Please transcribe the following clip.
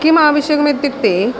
किम् आवश्यकम् इत्युक्ते